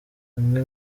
bimwe